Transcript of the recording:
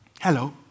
Hello